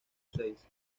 seis